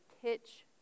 pitch